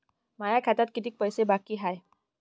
माया खात्यात कितीक पैसे बाकी हाय?